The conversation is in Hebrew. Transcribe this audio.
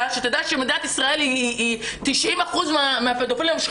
וצריך להתייחס אליו ולהשתמש באמצעים האלה.